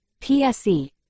PSE